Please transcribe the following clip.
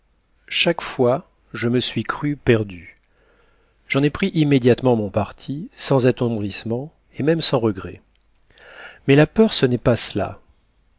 chaque fois je me suis cru perdu j'en ai pris immédiatement mon parti sans attendrissement et même sans regrets mais la peur ce n'est pas cela